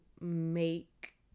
make